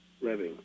living